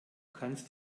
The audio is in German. kannst